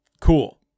Cool